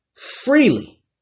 freely